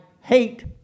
hate